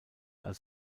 als